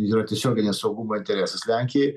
yra tiesioginis saugumo interesas lenkijai